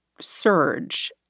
surge